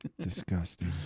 Disgusting